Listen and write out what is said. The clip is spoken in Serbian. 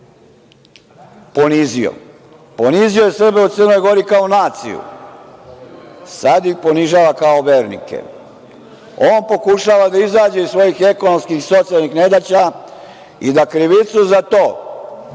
ponizio. Ponizio je Srbe u Crnoj Gori kao naciju, sada ih ponižava kao vernike. On pokušava da izađe iz svojih ekonomskih i socijalnih nedaća i da krivicu za to